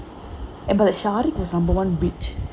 eh but shariq was number one witch